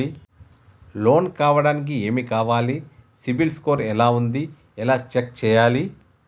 Loan కావడానికి ఏమి కావాలి సిబిల్ స్కోర్ ఎలా ఉంది ఎలా చెక్ చేయాలి?